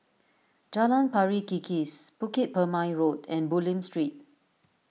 Jalan Pari Kikis Bukit Purmei Road and Bulim Street